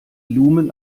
lumen